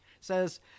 says